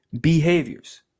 behaviors